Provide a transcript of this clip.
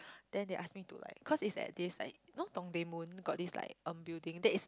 then they ask me to like cause it's at this like you know Dongdaemun got this like um building that is